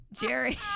Jerry